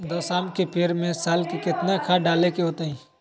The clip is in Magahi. दस आम के पेड़ में साल में केतना खाद्य डाले के होई?